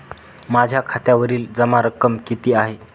माझ्या खात्यावरील जमा रक्कम किती आहे?